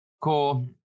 cool